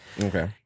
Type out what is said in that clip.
Okay